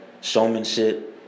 showmanship